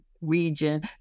region